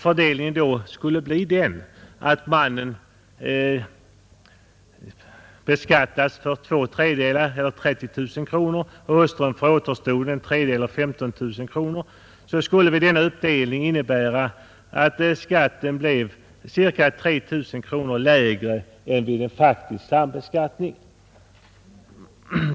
Fördelningen skulle då bli den att mannen beskattas för två tredjedelar eller 30 000 kronor och hustrun för återstoden, alltså en tredjedel eller 15 000 kronor. Denna fördelning skulle innebära att skatten blev ca 3 000 lägre än vid en faktisk sambeskattning.